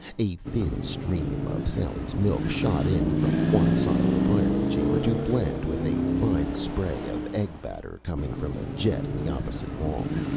a thin stream of sally's milk shot in from one side of the firing chamber to blend with a fine spray of egg, batter coming from a jet in the opposite wall.